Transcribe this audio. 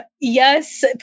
yes